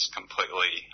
completely